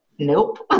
nope